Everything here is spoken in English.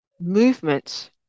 movement